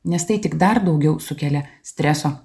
nes tai tik dar daugiau sukelia streso